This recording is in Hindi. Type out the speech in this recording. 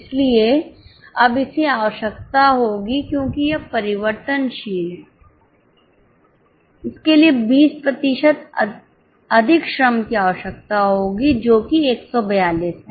इसलिए अब इसे आवश्यकता होगी क्योंकि यह परिवर्तनशील है इसके लिए 20 प्रतिशत अधिक श्रम की आवश्यकता होगी जो कि 142 है